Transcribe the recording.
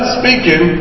speaking